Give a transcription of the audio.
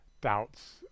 doubts